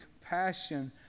compassion